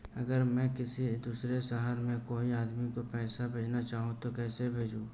अगर मैं किसी दूसरे शहर में कोई आदमी को पैसे भेजना चाहूँ तो कैसे भेजूँ?